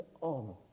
on